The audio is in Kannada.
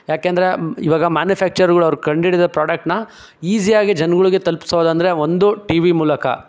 ಏಕೆಂದರೆ ಇವಾಗ ಮ್ಯಾನುಫ್ಯಾಕ್ಚರ್ಗಳು ಅವರು ಕಂಡಿಡಿದ ಪ್ರಾಡಕ್ಟ್ನ ಈಸಿಯಾಗಿ ಜನಗಳಿಗೆ ತಲುಪಿಸೋದೆಂದ್ರೆ ಒಂದು ಟಿ ವಿ ಮೂಲಕ